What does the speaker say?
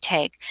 take